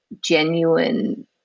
genuine